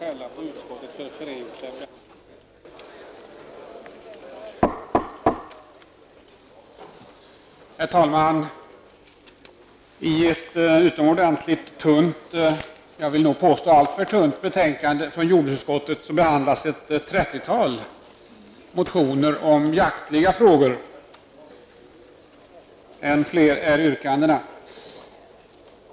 Herr talman! I ett utomordentligt tunt -- jag vill nog påstå alltför tunt -- betänkande från jordbruksutskottet behandlas ett trettiotal motioner om jaktliga frågor. Än fler är yrkandena.